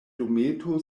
dometo